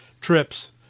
trips